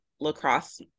lacrosse